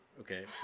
Okay